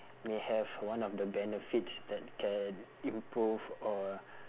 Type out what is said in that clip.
may have one of the benefits that can improve or